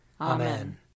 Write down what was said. Amen